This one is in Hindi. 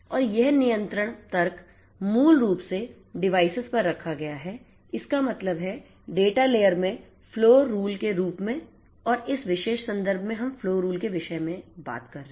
और यह नियंत्रण तर्क मूल रूप से डिवाइसेज पर रखा गया है इसका मतलब है डेटा लेयर में फ्लो रूल के रूप में और इस विशेष संदर्भ में हम फ्लो रूल के विषय में बात कर रहे हैं